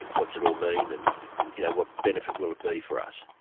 what's it all mean, and and you know what benefit will it be for us?